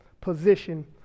position